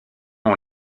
ont